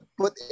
put